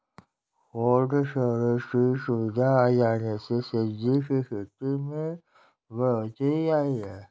cold storage की सुविधा आ जाने से सब्जी की खेती में बढ़ोत्तरी आई है